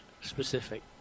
specific